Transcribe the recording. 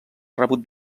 rebut